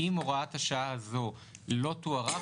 אם הוראת השעה הזו לא תוארך,